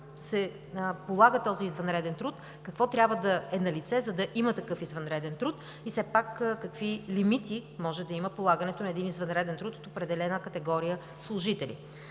как се полага и какво трябва да е налице, за да има такъв извънреден труд, а все пак и какви лимити може да има полагането на извънреден труд от определена категория служители.